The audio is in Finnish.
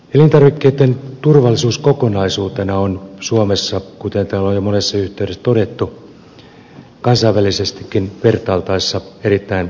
elintarvikkeitten turvallisuus kokonaisuutena on suomessa kuten täällä on jo monessa yhteydessä todettu kansainvälisestikin vertailtaessa erittäin korkealla tasolla